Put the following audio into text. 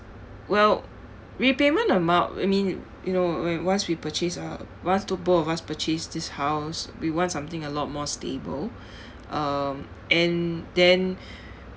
well repayment amount I mean you know when once we purchased ah once two both of us purchased this house we want something a lot more stable um and then